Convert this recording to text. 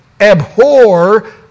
abhor